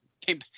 came